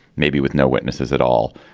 maybe with no witnesses at all.